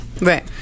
Right